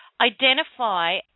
identify